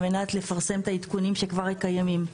על מנת לפרסם את העדכונים שכבר קיימים.